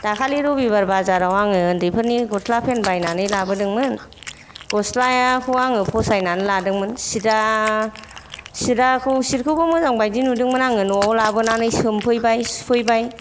दाखालि रबिबार बाजाराव आङो उन्दैफोरनि गस्ला पेन बायनानै लाबोदोंमोन गस्लाखौ आङो फसायनानै लादोंमोन चिदा चिटखौबो मोजां बायदि नुदोंमोन आङो न'आव लाबोना सोमफैबाय सुफैबाय